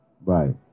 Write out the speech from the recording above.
Right